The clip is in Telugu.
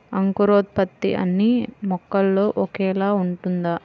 అంకురోత్పత్తి అన్నీ మొక్కలో ఒకేలా ఉంటుందా?